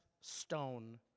stone